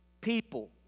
people